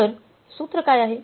तर सूत्र काय आहे